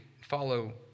Follow